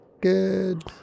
good